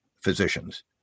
physicians